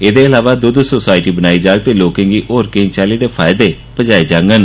एह्दे अलावा दुध सोसाईटी बनाई जाग ते लोकें गी होर केंई चाल्ली दे फायदे पजाए जांडन